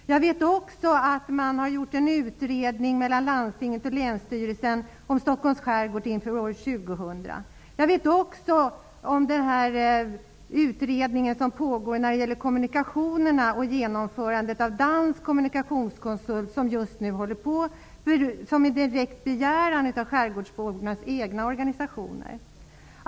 Jag vet att landstinget och länsstyrelsen gjort en utredning om Stockholms skärgård inför år 2000. Jag vet att det pågår en utredning om kommunikationerna som görs av en dansk kommunikationskonsult på direkt begäran av skärgårdsbornas egna organisationer.